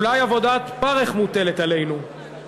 אולי עבודת פרך מוטלת עלינו.